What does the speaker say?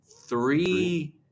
three –